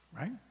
right